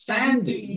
Sandy